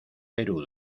perú